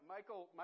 Michael